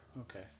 okay